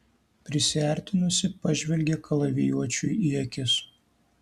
prisiartinusi pažvelgė kalavijuočiui į akis